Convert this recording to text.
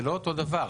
זה לא אותו הדבר.